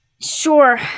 Sure